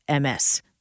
MS